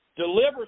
deliver